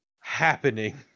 Happening